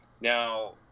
Now